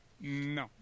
No